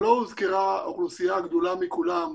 אבל לא הוזכרה האוכלוסייה הגדולה מכולם,